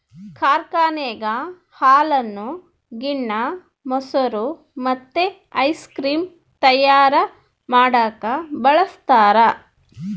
ಕಾರ್ಖಾನೆಗ ಹಾಲನ್ನು ಗಿಣ್ಣ, ಮೊಸರು ಮತ್ತೆ ಐಸ್ ಕ್ರೀಮ್ ತಯಾರ ಮಾಡಕ ಬಳಸ್ತಾರ